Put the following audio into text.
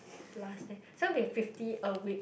plus th~ so we have fifty a week